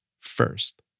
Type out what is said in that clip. first